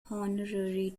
honorary